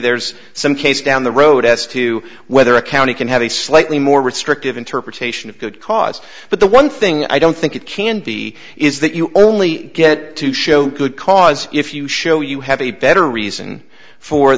there's some case down the road as to whether a county can have a slightly more restrictive interpretation of good cause but the one thing i don't think it can be is that you only get to show good cause if you show you have a better reason for